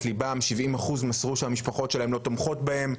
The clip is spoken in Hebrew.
ליבם ו-70% מסרו שהמשפחות שלהם לא תומכות בהם.